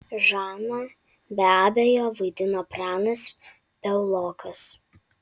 žaną be abejo vaidino pranas piaulokas